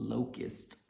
Locust